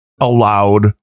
allowed